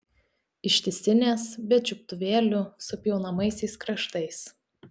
ištisinės be čiuptuvėlių su pjaunamaisiais kraštais